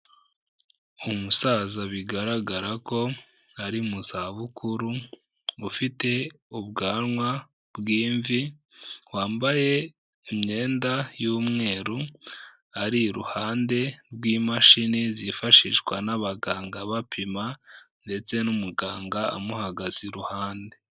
Umusaza bigaragara ko ari mu zabukuru, ufite ubwanwa bw'imvi, wambaye imyenda y'umweru, ari iruhande rw'imashini zifashishwa n'abaganga bapima ndetse n'umuganga amuhagaze iruhande.